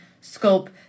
scope